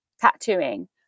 tattooing